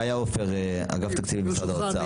גאיה עפר, אגף תקציבים, משרד האוצר.